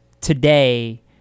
today